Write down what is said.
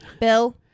Bill